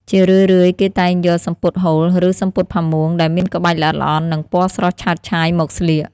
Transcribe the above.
ជារឿយៗគេតែងយក សំពត់ហូល ឬ សំពត់ផាមួង ដែលមានក្បាច់ល្អិតល្អន់ និងពណ៌ស្រស់ឆើតឆាយមកស្លៀក។